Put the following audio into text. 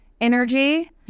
energy